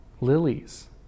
lilies